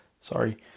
sorry